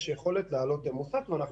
יש להם יכולת לעלות במוסק, ואנחנו